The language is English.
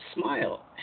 Smile